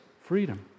freedom